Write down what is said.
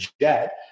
jet